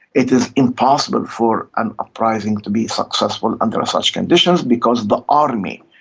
it is impossible for an uprising to be successful under such conditions because the army,